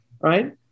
right